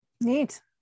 Neat